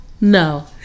No